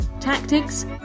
tactics